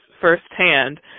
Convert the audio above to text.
firsthand